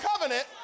covenant